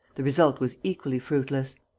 the result was equally fruitless.